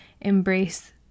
embrace